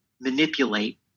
manipulate